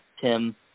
Tim